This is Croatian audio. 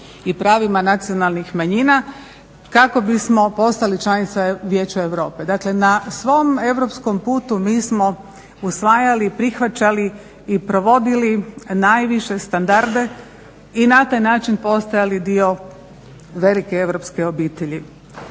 i pravima nacionalnih manjina kako bismo postali članica Vijeća Europe. Dakle, na svom europskom putu mi smo usvajali, prihvaćali i provodili najviše standarde i na taj način postajali dio velike europske obitelji